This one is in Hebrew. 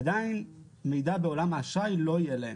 עדיין מידע בעולם האשראי לא יהיה להם